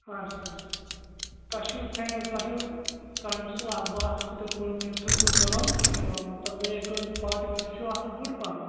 اچھا اچھا تۄہہِ چھو فے تۄہہِ چھو تۄہہِ چھو اتھ خٲطرٕ ٹرٕپ وٕپ بَنومُت مطلب مین کٔژ مطلب پاٹی واٹی چھو اصل بٔڑ پَہم